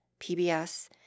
PBS